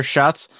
Shots